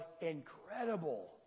incredible